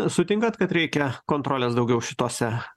sutinkat kad reikia kontrolės daugiau šituose